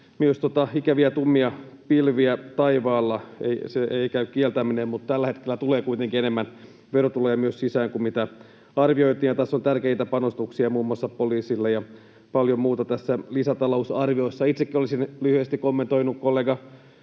myös ikäviä tummia pilviä taivaalla, sitä ei käy kieltäminen. Mutta tällä hetkellä tulee kuitenkin enemmän verotuloja sisään kuin mitä arvioitiin, ja tässä lisätalousarviossa on tärkeitä panostuksia muun muassa poliisille ja paljon muuta. Itsekin olisin lyhyesti kommentoinut kollega